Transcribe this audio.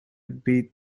beat